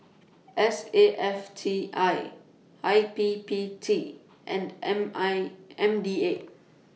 S A F T I I P P T and M I M D A